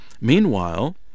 Meanwhile